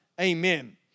Amen